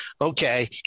Okay